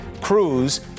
Cruz